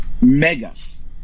megas